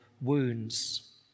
wounds